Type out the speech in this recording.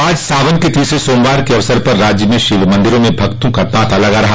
आज सावन के तीसरे सोमवार के अवसर पर राज्य में शिव मंदिरों में भक्तों का ताता लगा रहा